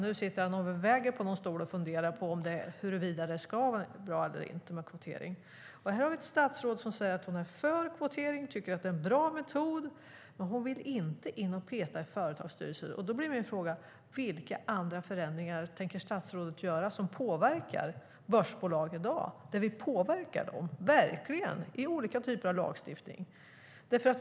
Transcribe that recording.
Nu sitter han nog och väger på någon stol och funderar på huruvida det är bra eller inte med kvotering. Här har vi ett statsråd som säger att hon är för kvotering och tycker att det är en bra metod, men hon vill inte in och peta i företagsstyrelser. Då blir min fråga: Vilka andra förändringar tänker statsrådet göra som påverkar börsbolag, där vi verkligen påverkar dem med olika typer av lagstiftning?